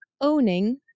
owning